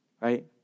right